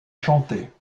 chanter